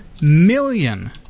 million